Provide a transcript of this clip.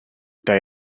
they